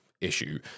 issue